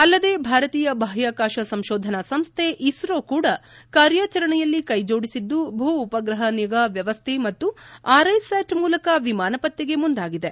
ಅಲ್ಲದೇ ಭಾರತೀಯ ಬಾಹ್ವಾಕಾಶ ಸಂಶೋಧನಾ ಸಂಶ್ವೆ ಇಸ್ರೋ ಕೂಡ ಕಾರ್ಯಾಚರಣೆಯಲ್ಲಿ ಕೈಜೋಡಿಸಿದ್ದು ಭೂ ಉಪಗ್ರಹ ನಿಗಾ ವ್ಯವಸ್ಥೆ ಮತ್ತು ಆರ್ಐ ಸ್ಕಾಟ್ ಮೂಲಕ ವಿಮಾನ ಪತ್ತೆಗೆ ಮುಂದಾಗಿದೆ